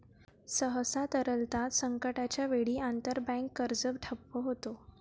सहसा, तरलता संकटाच्या वेळी, आंतरबँक कर्ज बाजार ठप्प होतो